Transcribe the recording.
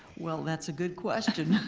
well that's a good question.